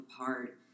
apart